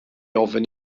ofyn